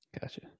Gotcha